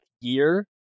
year